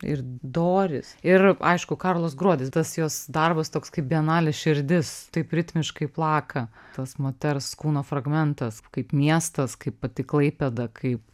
ir doris ir aišku karlos gruodis tas jos darbas toks kaip bienalės širdis taip ritmiškai plaka tas moters kūno fragmentas kaip miestas kaip pati klaipėda kaip